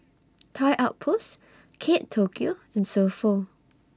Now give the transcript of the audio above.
Toy Outpost Kate Tokyo and So Pho